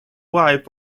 wife